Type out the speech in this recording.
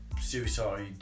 suicide